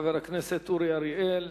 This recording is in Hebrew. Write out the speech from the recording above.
חבר הכנסת אורי אריאל,